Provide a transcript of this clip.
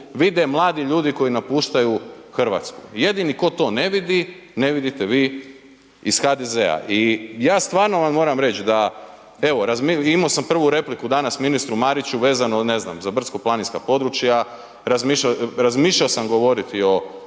vide mladi ljudi koji napuštaju Hrvatsku. Jedini ko to ne vidi, ne vidite vi iz HDZ-a. I ja stvarno vam moram reći da evo imao sam prvu repliku danas ministru Mariću vezano ne znam, za brdsko-planinska područja, razmišljao sam govoriti o